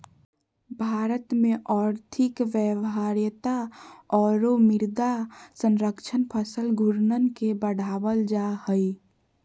भारत में और्थिक व्यवहार्यता औरो मृदा संरक्षण फसल घूर्णन के बढ़ाबल जा हइ